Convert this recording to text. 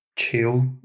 chill